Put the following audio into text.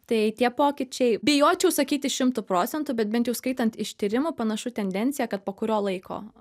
tai tie pokyčiai bijočiau sakyti šimtu procentu bet bent jau skaitant iš tyrimų panašu tendencija kad po kurio laiko